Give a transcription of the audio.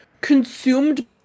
consumed